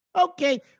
Okay